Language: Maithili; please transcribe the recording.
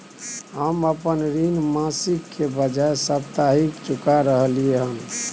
हम अपन ऋण मासिक के बजाय साप्ताहिक चुका रहलियै हन